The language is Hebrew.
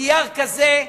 נייר כזה,